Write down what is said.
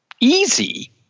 easy